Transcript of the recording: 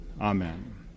Amen